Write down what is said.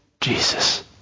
Jesus